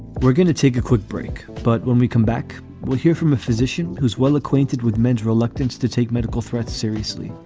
we're going to take a quick break. but when we come back, we'll hear from a physician who's well acquainted with mental reluctance to take medical threats seriously.